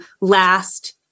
last